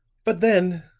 but then,